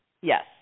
Yes